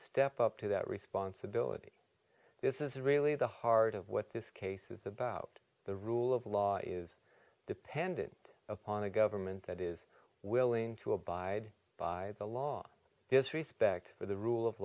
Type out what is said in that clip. step up to that responsibility this is really the heart of what this case is about the rule of law is dependent upon a government that is willing to abide by the law this respect for the rule of